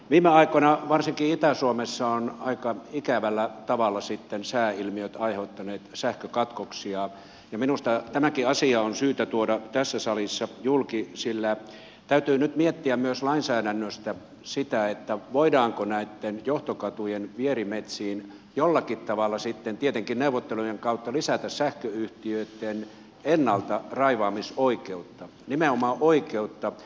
viime aikoina varsinkin itä suomessa ovat aika ikävällä tavalla sääilmiöt aiheuttaneet sähkökatkoksia ja minusta tämäkin asia on syytä tuoda tässä salissa julki sillä täytyy nyt miettiä myös lainsäädännössä sitä voidaanko näitten johtokatujen vierimetsiin jollakin tavalla tietenkin neuvottelujen kautta lisätä sähköyhtiöitten ennaltaraivaamisoikeutta ja nimenomaan oikeutta